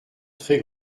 très